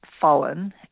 fallen